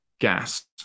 gas